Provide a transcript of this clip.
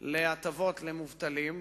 של ההטבות למובטלים,